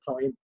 time